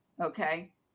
Okay